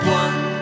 one